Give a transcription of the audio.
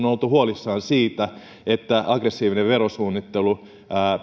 on oltu huolissaan siitä että aggressiivinen verosuunnittelu